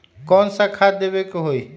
कोन सा खाद देवे के हई?